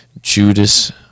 Judas